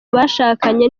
bashakanye